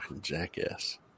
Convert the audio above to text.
jackass